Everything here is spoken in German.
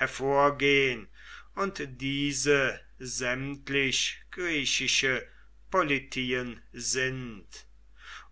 hervorgehen und diese sämtlich griechische politien sind